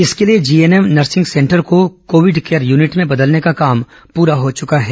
इसके लिए GNM nursing centre को कोविड केयर यूनिट में बदलने का काम पूरा हो चुका है